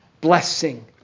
blessing